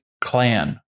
clan